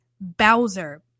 Bowser